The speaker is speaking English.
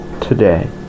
today